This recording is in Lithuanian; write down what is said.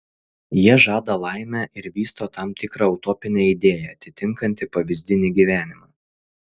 jie žada laimę ir vysto tam tikrą utopinę idėją atitinkantį pavyzdinį gyvenimą